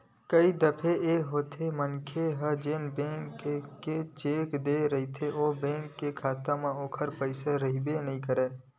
कई दफे ए होथे मनखे ह जउन बेंक के चेक देय रहिथे ओ बेंक के खाता म ओखर पइसा रहिबे नइ करय